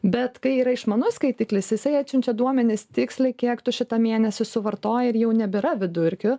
bet kai yra išmanus skaitiklis jisai atsiunčia duomenis tiksliai kiek tu šitą mėnesį suvartoji ir jau nebėra vidurkių